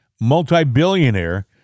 multi-billionaire